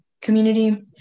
community